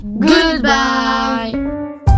Goodbye